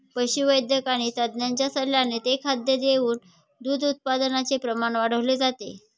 पशुवैद्यक आणि तज्ञांच्या सल्ल्याने ते खाद्य देऊन दूध उत्पादनाचे प्रमाण वाढवले जाते